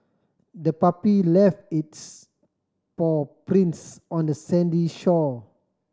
the puppy left its paw prints on the sandy shore